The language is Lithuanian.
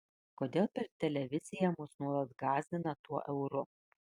kodėl per televiziją mus nuolat gąsdina tuo euru